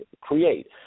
create